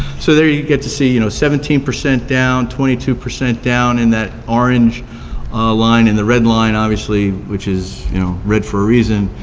so there you get to see you know seventeen percent down, twenty two percent down in that orange line, and the red line, obviously, which is you know red for a reason,